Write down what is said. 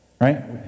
right